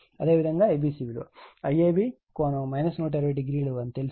అదేవిధంగా IBC విలువ IAB ∠ 120o అని తెలుసు